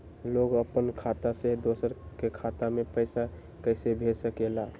लोग अपन खाता से दोसर के खाता में पैसा कइसे भेज सकेला?